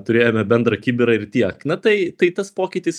turėjome bendrą kibirą ir tiek na tai tai tas pokytis